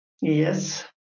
Yes